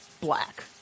black